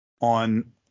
on